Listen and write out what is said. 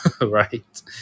right